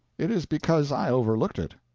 it is because i overlooked it.